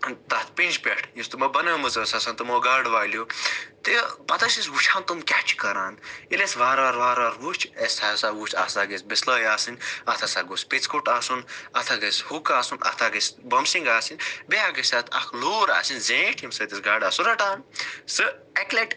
ٲں تَتھ پیٚنٛجہِ پٮ۪ٹھ یۄس تِمو بنٲومٕژ ٲسۍ آسان تِمو گاڈٕ والیٛو تہٕ پَتہٕ ٲسۍ أسۍ وُچھان تِم کیٛاہ چھِ کَران ییٚلہِ اسہِ وارٕ وار وارٕ وار وُچھ اسہِ ہسا وُچھ اسہِ ہسا گٔژھہِ بِسلٲے آسٕنۍ اَتھ ہسا گوٚژھ پیٚژکوٚٹ آسُن اَتھ ہسا گژھہِ ہُک آسُن اَتھ ہسا گژھہِ بمہٕ سِنٛۍ آسٕنۍ بیٚیہِ ہا گژھہِ اَتھ اَکھ لوٗر آسٕنۍ زیٖٹھ ییٚمہِ سۭتۍ أسۍ گاڈٕ آسو رَٹان سُہ اَکہِ لَٹہِ